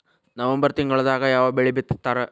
November ತಿಂಗಳದಾಗ ಯಾವ ಬೆಳಿ ಬಿತ್ತತಾರ?